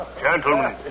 gentlemen